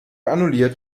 annulliert